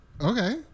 okay